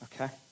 Okay